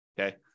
okay